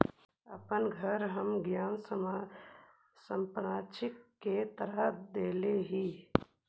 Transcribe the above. अपन घर हम ऋण संपार्श्विक के तरह देले ही